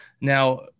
Now